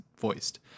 voiced